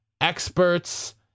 experts